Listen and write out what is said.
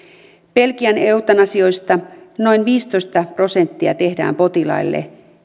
belgian eutanasioista noin viisitoista prosenttia tehdään potilaille